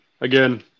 Again